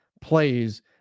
plays